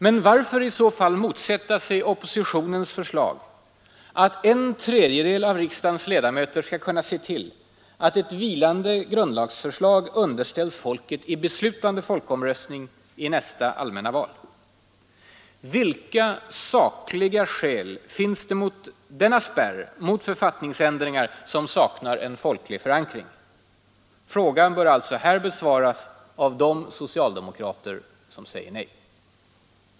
Men varför i så fall motsätta sig oppositionens förslag att en tredjedel av riksdagens ledamöter skall kunna se till att ett vilande grundlagsförslag underställs folket i beslutande folkomröstning i nästa allmänna val? Vilka sakliga skäl finns det mot denna spärr mot författningsändringar som saknar folklig förankring? Frågan bör alltså besvaras av de socialdemokrater som här säger nej.